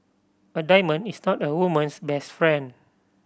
a diamond is not a woman's best friend